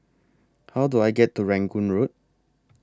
How Do I get to Rangoon Road